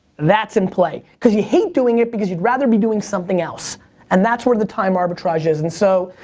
that's in play. cause you hate doing it because you'd rather be doing something else and that's where the time arbitrage is and so,